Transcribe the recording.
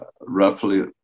roughly